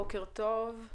בוקר טוב,